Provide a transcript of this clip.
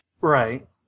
Right